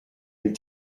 une